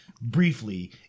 Briefly